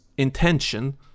intention